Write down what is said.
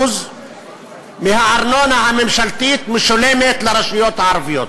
מהארנונה הממשלתית משולמת לרשויות הערביות.